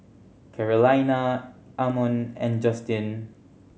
Carolina Ammon and Justyn